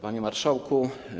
Panie Marszałku!